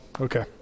Okay